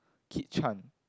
Kit-Chan